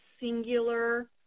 singular